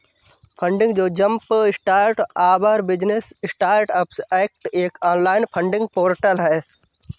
funding जो jumpstart our business startups act एक online funding portal है